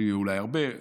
אולי הרבה.